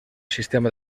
sistema